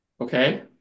Okay